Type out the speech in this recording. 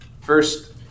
First